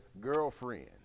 girlfriend